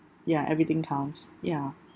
ya everything comes ya